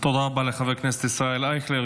תודה רבה לחבר הכנסת ישראל אייכלר,